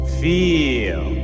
feel